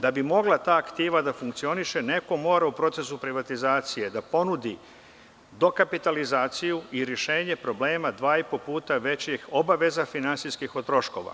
Da bi mogla ta aktiva da funkcioniše, neko mora u procesu privatizacije da ponudi dokapitalizaciju i rešenje problema dva i po puta većih obaveza finansijskih troškova.